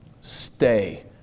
Stay